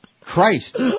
Christ